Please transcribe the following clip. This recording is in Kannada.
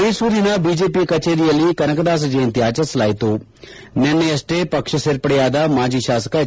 ಮೈಸೂರಿನ ಬಿಜೆಪಿ ಕಚೇರಿಯಲ್ಲಿ ಕನಕದಾಸ ಜಯಂತಿ ಆಚರಿಸಲಾಯಿತು ನಿನ್ನೆಯಷ್ಟೇ ಪಕ್ಷ ಸೇರ್ಪಡೆಯಾದ ಮಾಜಿ ಶಾಸಕ ಎಚ್